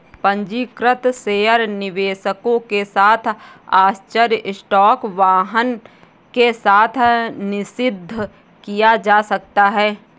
पंजीकृत शेयर निवेशकों के साथ आश्चर्य स्टॉक वाहन के साथ निषिद्ध किया जा सकता है